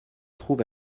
trouve